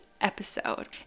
episode